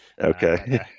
Okay